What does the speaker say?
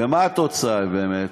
ומה התוצאה היא באמת?